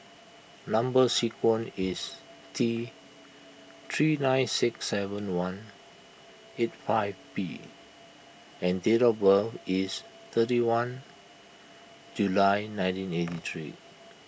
Number Sequence is T three nine six seven one eight five P and date of birth is thirty one July nineteen eighty three